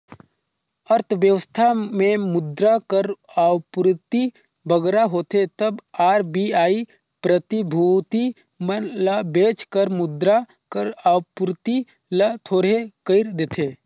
अर्थबेवस्था में मुद्रा कर आपूरति बगरा होथे तब आर.बी.आई प्रतिभूति मन ल बेंच कर मुद्रा कर आपूरति ल थोरहें कइर देथे